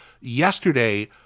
Yesterday